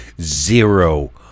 Zero